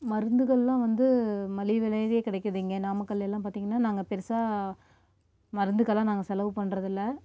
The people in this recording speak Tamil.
மருந்துகள்லாம் வந்து மலிவு விலையிலே கிடைக்கிது இங்கே நாமக்கலில் எல்லாம் பார்த்தீங்கன்னா நாங்கள் பெருசாக மருந்துக்கெல்லாம் நாங்கள் செலவு பண்ணுறதில்ல